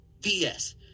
BS